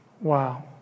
Wow